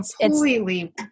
completely